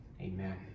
Amen